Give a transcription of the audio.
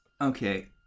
Okay